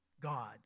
God